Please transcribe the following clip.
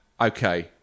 okay